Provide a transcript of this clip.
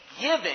giving